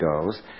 goes